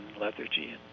lethargy